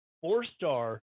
four-star